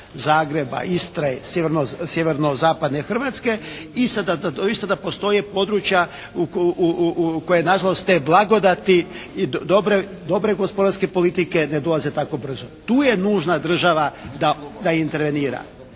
Zagreba, Istre, sjeverozapadne Hrvatske i sada da isto postoje područja u kojoj na žalost te blagodati dobre gospodarske politike ne dolaze tako brzo. Tu je nužna država da intervenira.